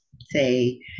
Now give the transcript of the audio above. say